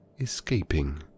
escaping